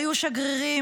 היו שגרירים,